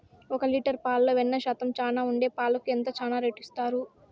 ఒక లీటర్ పాలలో వెన్న శాతం చానా ఉండే పాలకు ఎంత చానా రేటు ఇస్తారు?